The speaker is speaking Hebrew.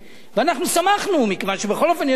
ואנחנו שמחנו, מכיוון שבכל אופן יש פטור.